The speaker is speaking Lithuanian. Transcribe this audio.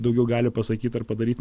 daugiau gali pasakyt ar padaryt